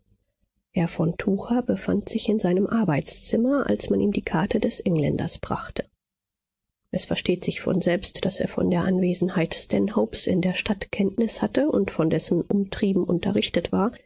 herr von tucher befand sich in seinem arbeitszimmer als man ihm die karte des engländers brachte es versteht sich von selbst daß er von der anwesenheit stanhopes in der stadt kenntnis hatte und von dessen umtrieben unterrichtet war